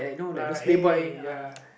like like hey ya